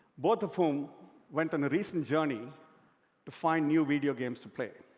both of whom went on a recent journey to find new video games to play.